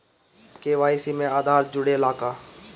KYC में आधार जुड़े ला का?